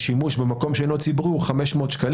והתכלית האמיתית שלו היא התמודדות עם סטייה משמעותית